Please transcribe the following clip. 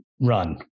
run